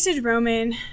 Roman